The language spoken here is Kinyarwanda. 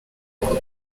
uko